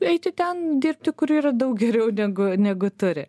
eiti ten dirbti kur yra daug geriau negu negu turi